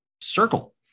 circle